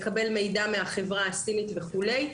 לקבל מידע מהחברה הסינית וכולי,